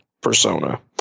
persona